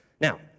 Now